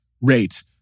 rate